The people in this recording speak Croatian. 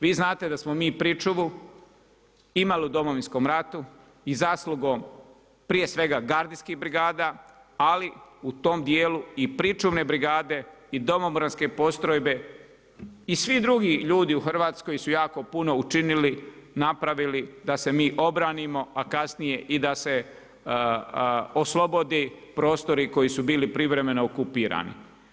Vi znate da ste mi pričuvu imali u domovinskom ratu i zaslugom prije svega gardijskih brigada, ali u tom dijelu i pričuvne brigade i domovinske postrojbe i svi drugi ljudi u Hrvatskoj su jako puno učinili, napravili da se mi obranimo, a kasnije i da se oslobodi prostori koji su bili privremeno okupirani.